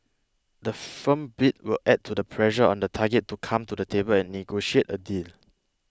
the firm bid will add to the pressure on the target to come to the table and negotiate a deal